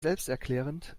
selbsterklärend